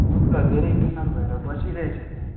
उ त धेरै बिमार भएर बसिरहेछ त्यहाँ